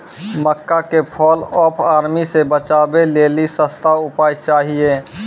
मक्का के fall of army से बचाबै लेली सस्ता उपाय चाहिए?